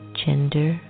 gender